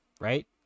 right